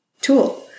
tool